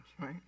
right